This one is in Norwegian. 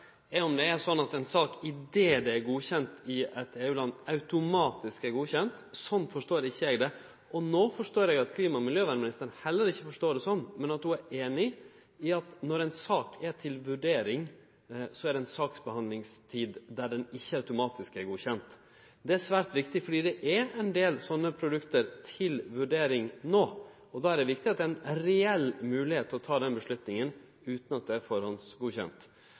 er om det er slik at ei sak automatisk er godkjend idet ho er godkjend i eit EU-land. Slik forstår ikkje eg det, og no forstår eg at klima- og miljøministeren heller ikkje forstår det slik, men at ho er einig i at når ei sak er til vurdering, så er det ei saksbehandlingstid der saka ikkje automatisk er godkjend. Dette er svært viktig, for det er ein del slike produkt til vurdering no, og då er det viktig at det er ei reell moglegheit til å ta den avgjerda – utan at ho er